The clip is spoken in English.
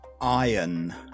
Iron